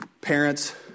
parents